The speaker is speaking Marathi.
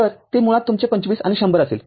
तरते मुळात तुमचे २५ आणि १०० असेल